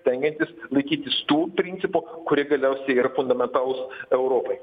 stengiantis laikytis tų principų kurie galiausiai yra fundamentalūs europai